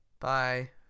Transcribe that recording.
Bye